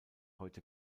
heute